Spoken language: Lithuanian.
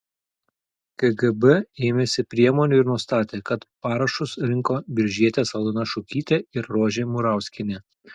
kgb ėmėsi priemonių ir nustatė kad parašus rinko biržietės aldona šukytė ir rožė murauskienė